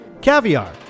Caviar